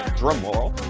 drumroll.